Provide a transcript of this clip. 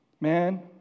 Man